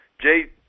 Jay